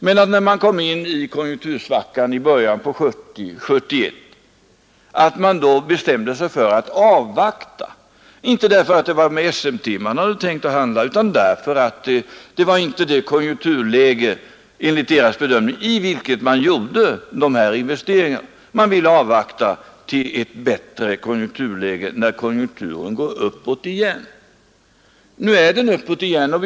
Men när vi så kom in i konjunktursvackan 1970 och 1971 bestämde sig dessa företagare för att avvakta, inte därför att det var SMT man hade tänkt handla med utan därför att konjunkturen enligt deras bedömning inte var sådan att de borde göra de investeringarna. Man ville i stället avvakta till dess konjunkturen gick uppåt igen. Och nu går konjunkturen uppåt.